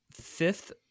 Fifth